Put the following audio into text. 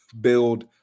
build